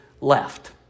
left